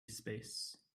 space